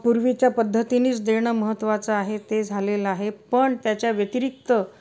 पूर्वीच्या पद्धतीनीच देणं महत्वाचं आहे ते झालेलं आहे पण त्याच्या व्यतिरिक्त